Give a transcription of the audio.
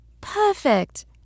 Perfect